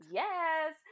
yes